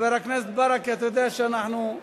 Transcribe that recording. חבר הכנסת ברכה, אתה יודע שאנחנו,